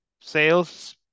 sales